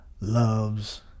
loves